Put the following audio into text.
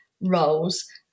roles